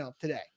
today